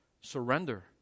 surrender